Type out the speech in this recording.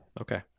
Okay